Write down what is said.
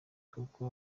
koko